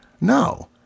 No